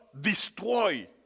destroy